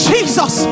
Jesus